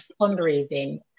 fundraising